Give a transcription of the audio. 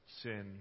sin